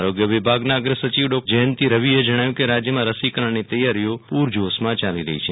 આરોગ્ય વિભાગના અગ્રસચિવ ડોકટર જયંતિ રવિએ જણાવ્યું કે રાજયના રસીકરણની તેયારી ઓ પૂરજોશમાં ચાલી રહી છ